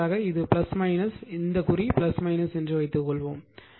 எடுத்துக்காட்டாக இது இந்த குறி என்று வைத்துக்கொள்வோம்